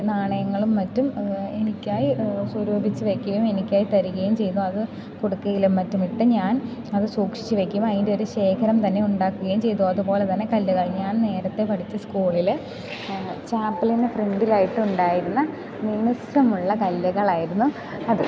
നാണയങ്ങളും മറ്റും എനിക്കായി സ്വരൂപിച്ച് വെക്കുകയും എനിക്കായി തരികയും ചെയ്തു അത് കുടുക്കയിലും മറ്റും ഇട്ടു ഞാൻ അത് സൂക്ഷിച്ചു വെക്കും അതിൻ്റൊരു ശേഖരം തന്നെ ഉണ്ടാക്കുകയും ചെയ്തു അതുപോലെതന്നെ കല്ലുകൾ ഞാൻ നേരത്തെ പഠിച്ച സ്കൂളിൽ ചാപ്പിളിന് ഫ്രണ്ടിലായിട്ടുണ്ടായിരുന്ന മിനുസമുള്ള കല്ലുകളായിരുന്നു അത്